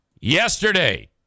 Yesterday